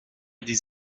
des